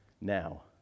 now